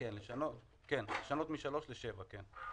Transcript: כן, לשנות משלוש שנים לשבע שנים.